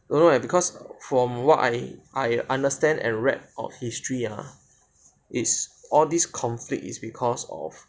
don't know leh because from what I understand and read of history ah it's all this conflict is because of